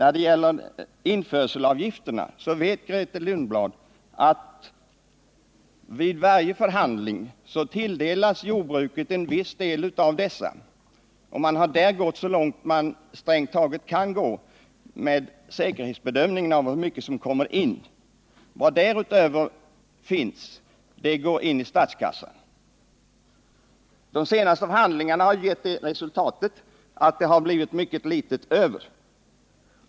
När det gäller införselavgifterna vet Grethe Lundblad att jordbruket vid varje förhandling tilldelas en viss del av dessa. Där har man som sagt gått så långt man strängt taget kan med tanke på säkerhetsbedömningen av hur mycket som kommer in. Det som finns därutöver går till statskassan. De senaste förhandlingarna har gett till resultat att mycket litet blivit över.